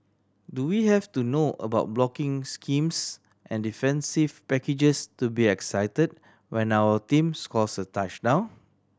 do we have to know about blocking schemes and defensive packages to be excited when our team scores a touchdown